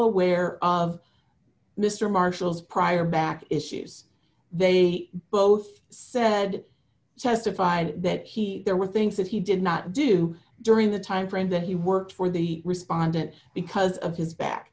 aware of mr marshall's prior back issues they both said testified that he there were things that he did not do during the time frame that he worked for the respondent because of his back